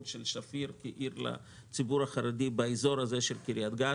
של שפיר כעיר לציבור החרדי באזור קריית גת.